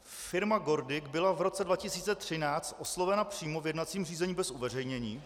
Firma GORDIC byla v roce 2013 oslovena přímo v jednacím řízení bez uveřejnění.